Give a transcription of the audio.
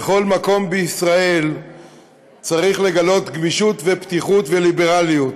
בכל מקום בישראל צריך לגלות גמישות ופתיחות וליברליות.